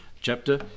chapter